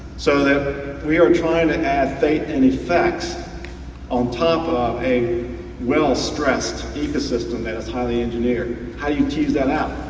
so that we are trying to add fate and effects on top of a well stressed ecosystem that is highly engineered. how do you choose that out?